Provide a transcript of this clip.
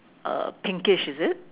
uh pinkish is it